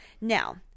Now